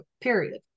period